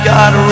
God